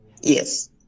Yes